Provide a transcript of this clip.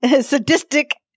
Sadistic